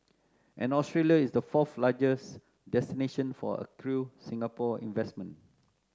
and Australia is the fourth largest destination for accrued Singapore investment